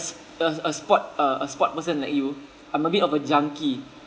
a a sport a a sport person like you I'm a bit of a junkie